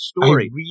story